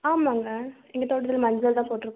ஆமாங்க எங்கள் தோட்டத்தில் மஞ்சள் தான் போட்டிருக்கோம்